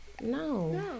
No